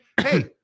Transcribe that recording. Hey